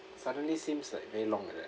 suddenly seems like very long like that